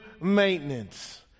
maintenance